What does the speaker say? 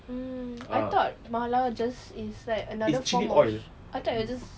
mm I thought mala just is like another form of I thought it was just